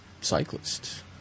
cyclists